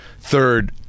third